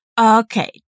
Okay